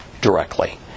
directly